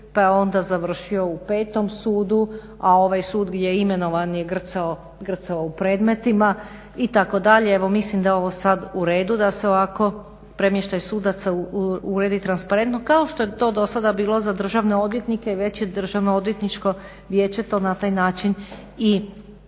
pa je onda završio u petom sudu, a ovaj sud gdje je imenovan je grcao u predmetima itd. Evo mislim da je ovo sad u redu da se ovako premještaj sudaca uredi transparentno kao što je to do sada bilo za državne odvjetnike i već je Državno odvjetničko vijeće to na taj način i